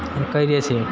કરીએ છીએ